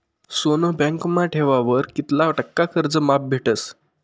सोनं बँकमा ठेवावर कित्ला टक्का कर्ज माफ भेटस?